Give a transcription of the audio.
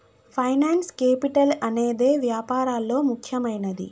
finance capital అనేదే వ్యాపారాల్లో ముఖ్యమైనది